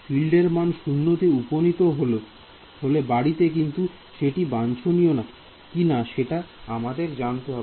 ফিল্ডের মান 0 তে উপনীত হলো বাড়িতে কিন্তু সেটি বাঞ্ছনীয় কি না সেটা আমাদের জানতে হবে